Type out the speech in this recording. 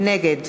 נגד